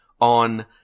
on